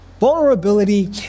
Vulnerability